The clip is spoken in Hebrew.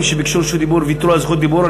שביקשו רשות דיבור ויתרו על זכות דיבור.